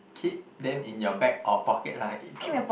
keep them in your bag or pocket lah